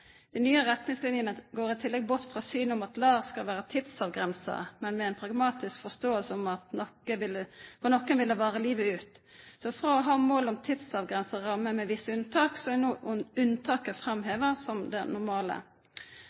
De nye retningslinjene går i tillegg bort fra synet om at LAR skal være tidsavgrenset, men med en pragmatisk forståelse av at for noen vil det vare livet ut. Fra å ha mål om en tidsavgrenset ramme med visse unntak er nå unntaket framhevet som det normale.